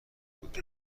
بود